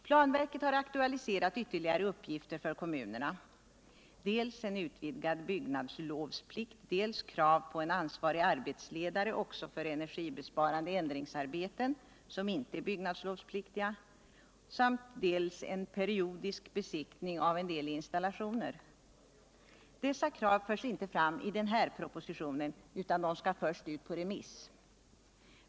Planverket har aktualiserat ytterligare uppgifter för kommunerna, nämligen dels en utvidgad byggnadslovsplikt, dels krav på en ansvarig arbetsledare också för energibesparande ändringsarbeten som inte är byggnadslovspliktiga, dels också krav på periodisk besiktning av vissa installationer. Dessa krav förs inte fram i denna proposition utan skall först ut på remiss.